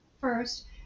first